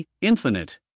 Infinite